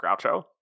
Groucho